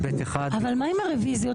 רביזיה.